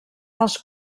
dels